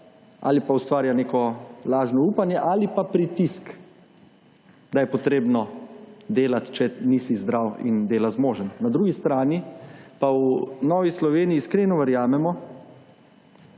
ali pa ustvarja neko lažno upanje ali pa pritisk, da je potrebno delat, če nisi zdrav in dela zmožen. Na drugi strani pa v Novi Sloveniji iskreno verjamemo,